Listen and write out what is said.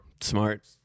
Smart